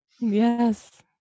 Yes